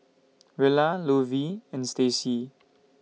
Rella Lovie and Stacy